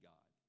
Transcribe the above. God